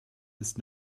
ist